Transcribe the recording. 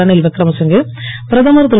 ரணில் விக்ரமசிங்கே பிரதமர் திரு